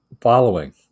following